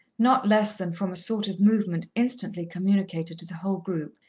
not less than from a sort of movement instantly communicated to the whole group,